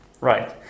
Right